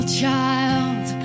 child